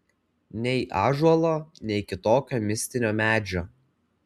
nei ąžuolo nei kitokio mistinio medžio